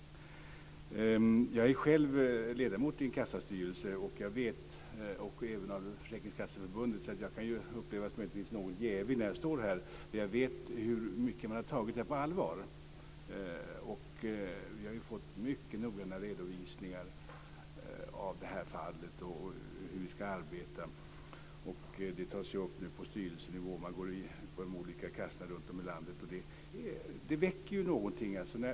Jag är själv ledamot i en kassastyrelse och även i Försäkringskasseförbundet. Därför kan jag möjligtvis upplevas som något jävig när jag står här. Jag vet hur mycket man har tagit det här på allvar. Vi har ju fått mycket noggranna redovisningar av det här fallet och när det gäller hur vi ska arbeta. Detta tas nu upp på styrelsenivå på de olika kassorna runtom i landet. Det väcker någonting.